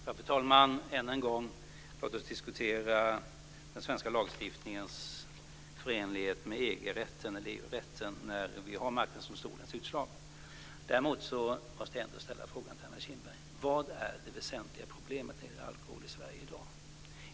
Fru talman! Än en gång: Låt oss diskutera den svenska lagstiftningens förenlighet med EG-rätten när vi har Marknadsdomstolens utslag. Jag måste däremot ändå ställa följande fråga till Anna Kinberg: Vad är det väsentliga problemet kring alkohol i Sverige i dag?